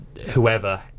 whoever